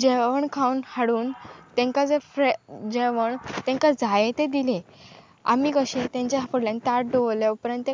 जेवण खावन हाडून तांकां जर फ्रेश जेवण तांकां जायतें दिलें आमी कशें तेंच्या फुडल्यान ताट दोवरल्या उपरांत ते